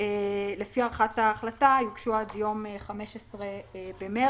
לפי הארכת ההחלטה, יוגשו עד ליום 15 במרץ,